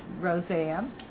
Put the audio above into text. Roseanne